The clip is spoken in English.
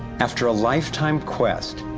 after a lifetime quest,